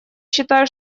считаю